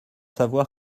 savoir